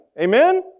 Amen